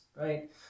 right